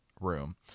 room